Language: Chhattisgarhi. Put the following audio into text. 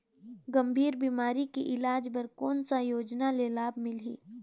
गंभीर बीमारी के इलाज बर कौन सा योजना ले लाभ मिलही?